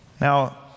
Now